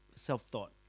Self-thought